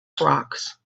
frocks